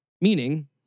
Meaning